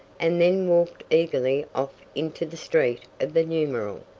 and then walked eagerly off into the street of the numeral.